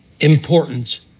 importance